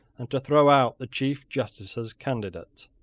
and to throw out the chief justice's candidate.